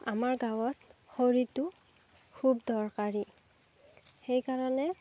আমাৰ গাঁৱত খৰিটো খুব দৰকাৰী সেইকাৰণে